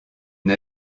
une